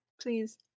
please